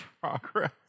progress